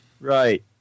right